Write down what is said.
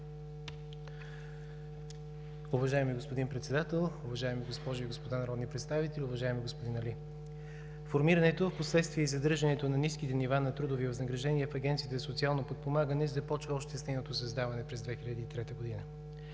Уважаеми господин Председател, уважаеми госпожи и господа народни представители! Уважаеми господин Али! Формирането, а в последствие и задържането на ниските нива на трудови възнаграждения в Агенцията за социално подпомагане започва още с нейното създаване през 2003 г.